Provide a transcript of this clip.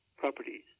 Properties